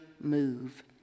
move